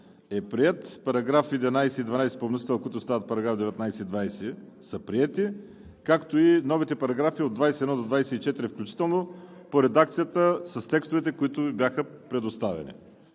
са приети; параграфи 11 и 12 по вносител, които стават параграфи 19 и 20, са приети; както и новите параграфи от 21 до 24 включително по редакцията с текстовете, които Ви бяха предоставени.